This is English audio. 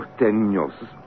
porteños